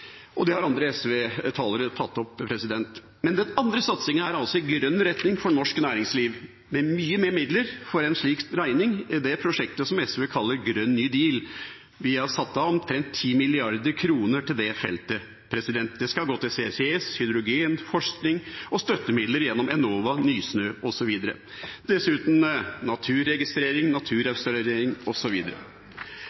og det har andre SV-talere tatt opp. Den andre satsingen er en grønn retning for norsk næringsliv, med mye mer midler for en slik regning – det prosjektet som SV kaller grønn ny deal. Vi har satt av omtrent 10 mrd. kr til det feltet. Det skal gå til CCS, hydrogenforskning og støttemidler gjennom Enova, Nysnø osv. og dessuten til naturregistrering